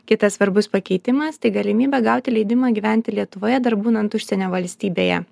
kitas svarbus pakeitimas tai galimybė gauti leidimą gyventi lietuvoje dar būnant užsienio valstybėje